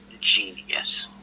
genius